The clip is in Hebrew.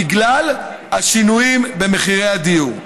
בגלל השינויים במחירי הדיור.